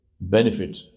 benefit